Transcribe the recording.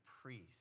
priest